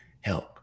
help